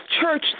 church